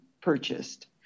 purchased